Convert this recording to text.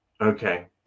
Okay